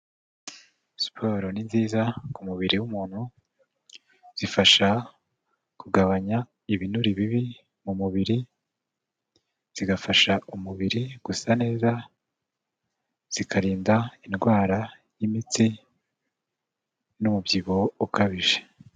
Siporo ni nziza ku mubiri w'umuntu, zifasha kugabanya ibinure bibi mu mubiri, zigafasha umubiri gusa neza, zikarinda indwara y'imitsi n'umubyibuho ukabije.